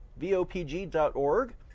vopg.org